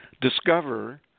discover